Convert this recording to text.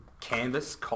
canvas